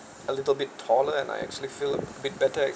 a little bit taller and I actually feel a bit better